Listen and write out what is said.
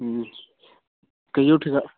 हम्म कईयो ठीका